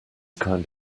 kind